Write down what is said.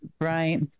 right